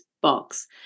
box